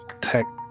tech